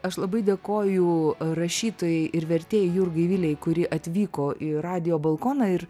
aš labai dėkoju rašytojai ir vertėjai jurgai vilei kuri atvyko į radijo balkoną ir